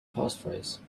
passphrase